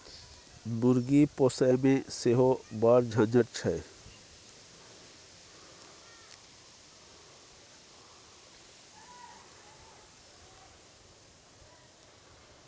मुर्गी पोसयमे सेहो बड़ झंझट छै